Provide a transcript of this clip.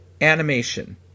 animation